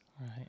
right